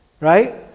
right